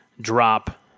drop